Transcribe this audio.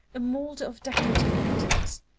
a moulder of decorative patterns,